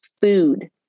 food